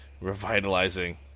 revitalizing